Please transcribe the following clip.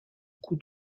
coup